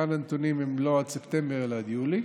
כאן הנתונים הם לא עד ספטמבר אלא עד יולי,